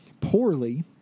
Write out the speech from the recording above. poorly